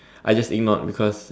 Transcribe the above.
I just ignored because